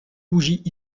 bougies